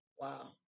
wow